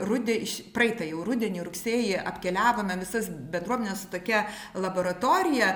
rude iš praeitą jau rudenį rugsėjį apkeliavome visas bendruomenes su tokia laboratorija